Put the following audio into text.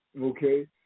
Okay